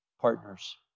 partners